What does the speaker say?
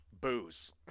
Booze